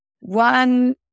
One